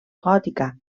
gòtica